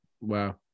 wow